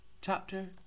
Chapter